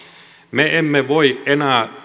me emme voi enää